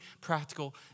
practical